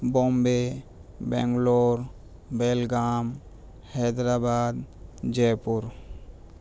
بومبے بنگلور بیلگام حیدرآباد جے پور